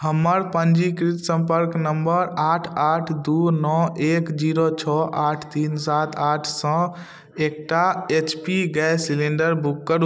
हमर पञ्जीकृत सम्पर्क नम्बर आठ आठ दू नओ एक जीरो छओ आठ तीन सात आठ सँ एकटा H P gas cylinder book करू